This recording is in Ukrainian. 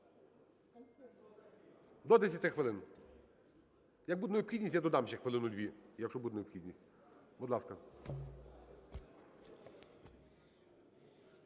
До 10 хвилин. Як буде необхідність я додам ще хвилину-дві, якщо буде необхідність. Будь ласка.